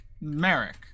Merrick